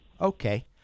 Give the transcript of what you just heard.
Okay